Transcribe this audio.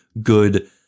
good